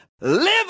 live